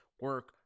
Work